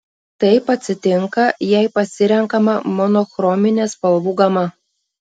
taip atsitinka jei pasirenkama monochrominė spalvų gama